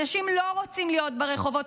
אנשים לא רוצים להיות ברחובות.